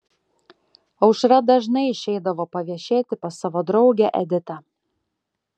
aušra dažnai išeidavo paviešėti pas savo draugę editą